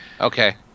Okay